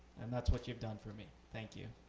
and that's what you've done for me. thank you.